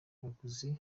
abaguzi